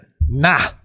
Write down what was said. Nah